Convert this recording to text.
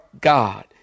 God